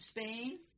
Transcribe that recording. Spain